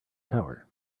tower